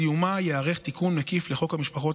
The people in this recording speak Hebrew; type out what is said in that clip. ובסיומה ייערך תיקון מקיף לחוק משפחות